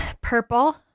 purple